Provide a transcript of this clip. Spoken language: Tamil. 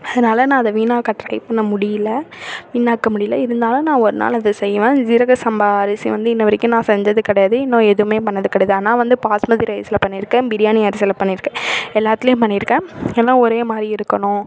அதனால நான் அதை வீணாக்க ட்ரை பண்ண முடியல வீணாக்க முடியல இருந்தாலும் நான் ஒரு நாள் அதை செய்வேன் ஜீரக சம்பா அரிசி வந்து இன்ன வரைக்கும் நான் செஞ்சது கிடையாது இன்னும் எதுமே பண்ணது கிடையாது ஆனா வந்து பாஸ்மதி ரைஸ்ல பண்ணியிருக்கேன் பிரியாணி அரிசியில பண்ணியிருக்கேன் எல்லாத்திலயும் பண்ணியிருக்கேன் எல்லாம் ஒரே மாதிரி இருக்கணும்